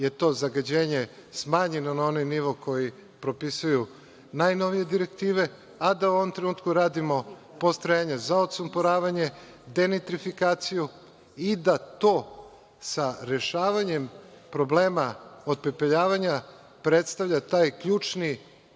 je to zagađenje smanjeno na onaj nivo koji propisuju najnovije direktive, a da u ovom trenutku radimo postrojenja za otsumporavanje, denitrifikaciju i da to sa rešavanjem problema otpepeljavanja predstavlja taj ključni